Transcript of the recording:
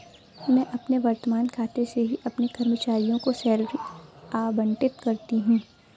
मैं अपने वर्तमान खाते से ही अपने कर्मचारियों को सैलरी आबंटित करती हूँ